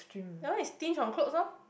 that one is stinge on clothes lor